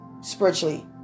spiritually